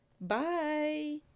Bye